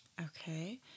Okay